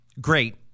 great